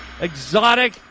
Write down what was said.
exotic